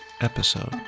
episode